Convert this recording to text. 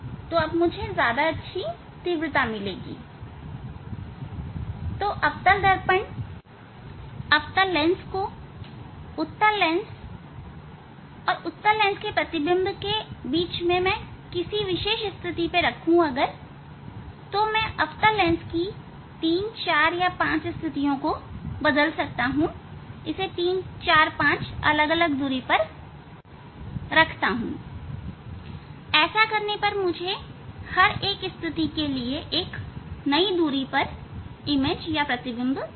अब मुझे ज्यादा अच्छी तीव्रता मिलेगी तो अवतल दर्पण अवतल लेंस को उत्तल लेंस और उत्तल लेंस के प्रतिबिंब के बीच में किसी विशेष स्थिति में रखने पर मैं अवतल लेंस की 3 4 5 स्थिति को बदलता हूं इसे 3 4 5 दूरी पर रखता हूं तो हर स्थिति के लिए मुझे एक नई दूरी पर प्रतिबिंब मिलेगा